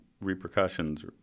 repercussions